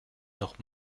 noch